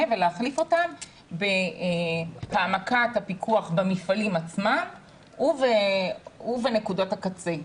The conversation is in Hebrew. ולהחליף אותן בהעמקת הפיקוח במפעלים עצמם ובנקודות הקצה,